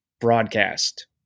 broadcast